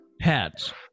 pets